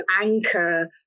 anchor